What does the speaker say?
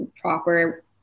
proper